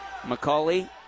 McCauley